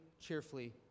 cheerfully